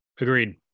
Agreed